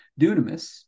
dunamis